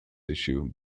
issue